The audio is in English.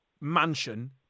mansion